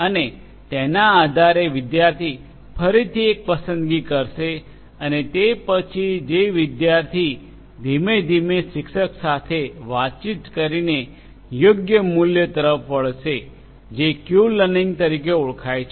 અને તેના આધારે વિદ્યાર્થી ફરીથી એક પસંદગી કરશે અને તે પછી જે વિદ્યાર્થી ધીમે ધીમે શિક્ષક સાથે વાતચીત કરીને યોગ્ય મૂલ્ય તરફ વળશે જે ક્યૂ લર્નિંગ તરીકે ઓળખાય છે